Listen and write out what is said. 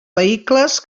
vehicles